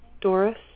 Doris